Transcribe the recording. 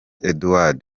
edouard